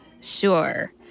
sure